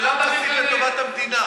השאלה היא מה זה טובת המדינה,